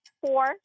Four